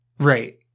Right